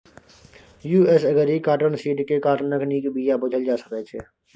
US agri cotton seed केँ काँटनक नीक बीया बुझल जा सकै छै